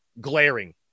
glaring